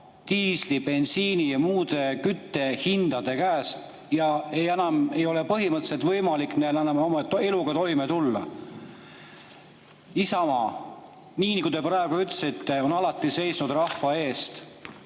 diisli-, bensiini- ja muude küttehindade käes. Enam ei ole põhimõtteliselt võimalik inimestel oma eluga toime tulla. Isamaa on, nagu te praegu ütlesite, alati seisnud rahva eest.